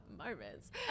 moments